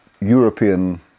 European